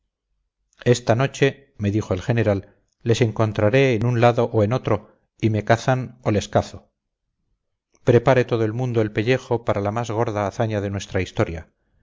esta noche me dijo el general les encontraré en un lado o en otro y me cazan o les cazo prepare todo el mundo el pellejo para la más gorda hazaña de nuestra historia